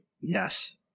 Yes